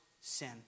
sin